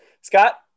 Scott